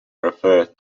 referred